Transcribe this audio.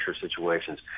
situations